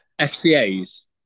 fca's